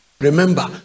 remember